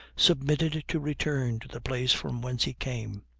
submitted to return to the place from whence he came.